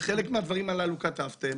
חלק מהדברים הללו כתבתם